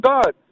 God